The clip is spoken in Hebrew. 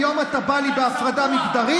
היום אתה בא לי בהפרדה מגדרית,